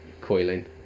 coiling